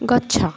ଗଛ